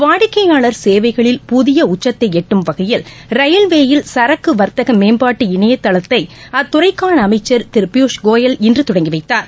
வாடிக்கையாளர் சேவைகளில் புதிய உச்சத்தை எட்டும் வகையில் ரயில்வேயில் சரக்கு வர்த்தக மேம்பாட்டு இணையதளத்தை அத்துறைக்கான அமைச்சர் திரு பியூஷ் கோயல் இன்று தொடங்கி வைத்தார்